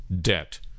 debt